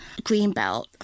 Greenbelt